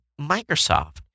Microsoft